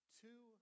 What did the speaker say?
two